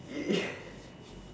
uh